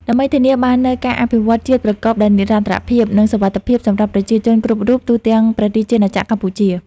ដើម្បីធានាបាននូវការអភិវឌ្ឍជាតិប្រកបដោយនិរន្តរភាព និងសុវត្ថិភាពសម្រាប់ប្រជាជនគ្រប់រូបទូទាំងព្រះរាជាណាចក្រកម្ពុជា។